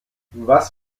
was